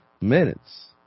minutes